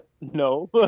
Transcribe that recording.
No